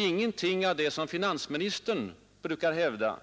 Ingenting av det som finansministern brukar hävda